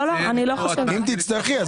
אני לא חושבת שצריך לציין את זה פה.